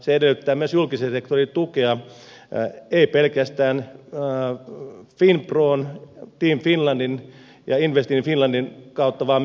se edellyttää myös julkisen sektorin tukea ei pelkästään finpron team finlandin ja invest in finlandin kautta vaan myöskin meidän suurlähetystöverkoston kautta